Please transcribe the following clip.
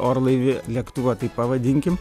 orlaivį lėktuvą taip pavadinkim